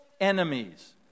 enemies